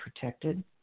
protected